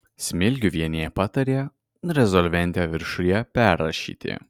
smilgiuvienė patarė rezolventę viršuje perrašyti